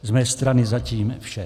Z mé strany zatím vše.